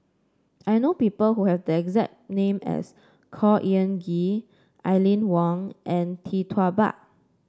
I know people who have the exact name as Khor Ean Ghee Aline Wong and Tee Tua Ba